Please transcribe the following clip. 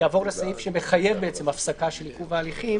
יעבור לסעיף שמחייב הפסקה של עיכוב הליכים,